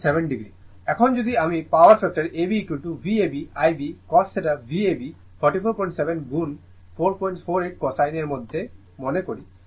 এখন যদি আমি power factor abVab Iab cos θ Vab 447 গুণ 448 cosine এর মধ্যে মনে করি